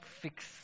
fix